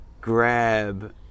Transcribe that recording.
grab